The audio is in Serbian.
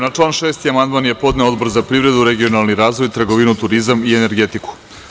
Na član 6. amandman je podneo Odbor za privredu, regionalni razvoj, trgovinu, turizam i energetiku.